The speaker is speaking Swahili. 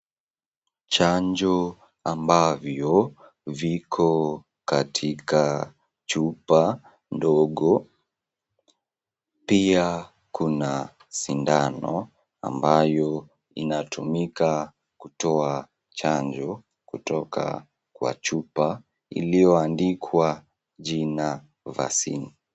Chanjo ambayo iko katika chupa ndogo. Pia kuna sindano ambayo inatumika kutoa chanjo kutoka wa chupa iliyoandikwa jina vaccine .